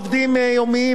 עובדים יומיים,